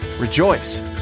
rejoice